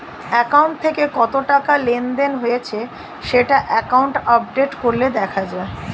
account থেকে কত টাকা লেনদেন হয়েছে সেটা অ্যাকাউন্ট আপডেট করলে দেখা যায়